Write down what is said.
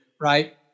right